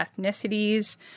ethnicities